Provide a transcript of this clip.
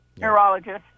neurologist